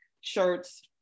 shirts